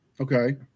Okay